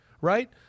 right